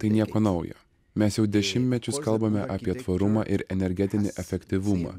tai nieko naujo mes jau dešimtmečius kalbame apie tvarumą ir energetinį efektyvumą